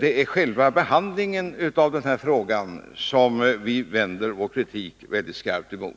Det är mot själva behandlingen av frågan som vi riktar mycket skarp kritik.